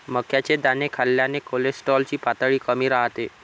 मक्याचे दाणे खाल्ल्याने कोलेस्टेरॉल ची पातळी कमी राहते